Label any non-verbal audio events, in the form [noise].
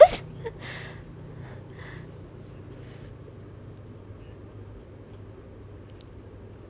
[laughs]